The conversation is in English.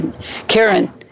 Karen